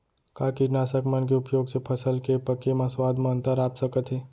का कीटनाशक मन के उपयोग से फसल के पके म स्वाद म अंतर आप सकत हे?